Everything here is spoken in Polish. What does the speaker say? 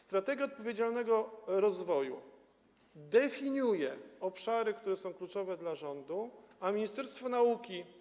Strategia odpowiedzialnego rozwoju definiuje obszary, które są kluczowe dla rządu, a ministerstwo nauki.